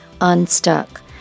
unstuck